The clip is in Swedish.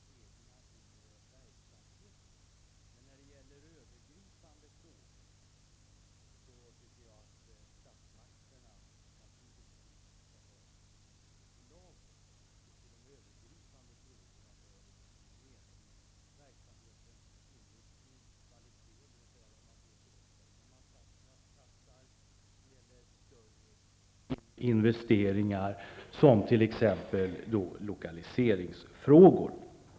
Till de övergripande frågorna hör enligt min mening verksamhetens inriktning och kvalitet, dvs. vad man får för de pengar som satsas, och dit hör också större investeringar, t.ex. lokaliseringsfrågor.